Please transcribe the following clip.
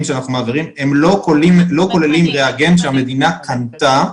שאנחנו מעבירים לא כוללים ריאגנט שהמדינה קנתה.